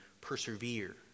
persevere